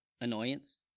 annoyance